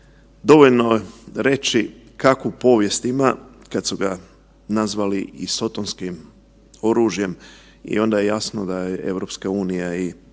dovoljno je reći kakvu povijest ima kad su ga nazvali i sotonskim oružjem i onda je jasno da i EU i sa pravom